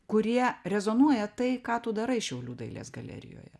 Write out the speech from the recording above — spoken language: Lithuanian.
kurie rezonuoja tai ką tu darai šiaulių dailės galerijoje